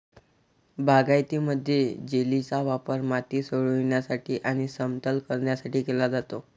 बागायतीमध्ये, जेलीचा वापर माती सोडविण्यासाठी आणि समतल करण्यासाठी केला जातो